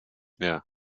van